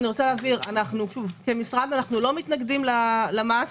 להבהיר, כמשרד הכלכלה אנחנו לא מתנגדים למס.